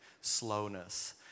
slowness